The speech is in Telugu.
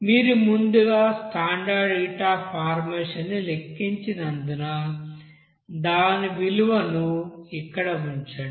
మీరు ముందుగా స్టాండర్డ్ హీట్ అఫ్ ఫార్మేషన్ లెక్కించినందున దాని విలువను ఇక్కడ ఉంచండి